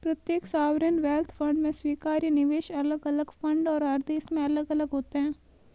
प्रत्येक sovereign wealth fund में स्वीकार्य निवेश अलग अलग फंड और हर देश में अलग अलग होते हैं